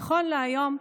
נכון להיום,